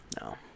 No